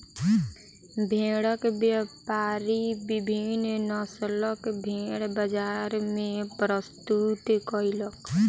भेड़क व्यापारी विभिन्न नस्लक भेड़ बजार मे प्रस्तुत कयलक